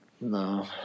No